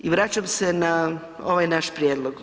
I vraćam se na ovaj naš prijedlog.